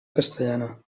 castellana